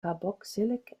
carboxylic